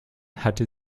hatte